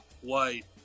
white